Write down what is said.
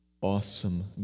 awesome